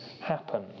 happen